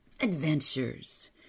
adventures